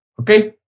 Okay